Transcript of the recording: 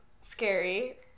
scary